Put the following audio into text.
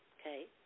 okay